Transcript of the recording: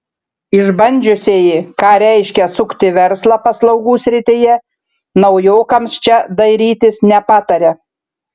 išbandžiusieji ką reiškia sukti verslą paslaugų srityje naujokams čia dairytis nepataria